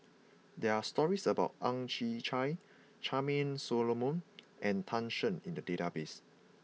there are stories about Ang Chwee Chai Charmaine Solomon and Tan Shen in the database